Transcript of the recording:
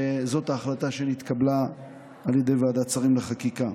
וזאת ההחלטה שנתקבלה על ידי ועדת שרים לחקיקה.